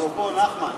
אפרופו נחמן,